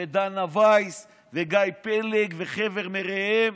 ודנה ויס וגיא פלג וחבר מרעיהם.